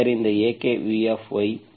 ಆದ್ದರಿಂದ ಏಕೆ v